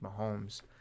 Mahomes